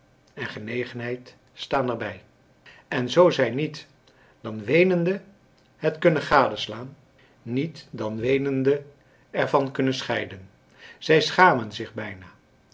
en genegenheid staan er bij en zoo zij niet dan weenende het kunnen gadeslaan niet dan weenende er van kunnen scheiden zij schamen zich bijna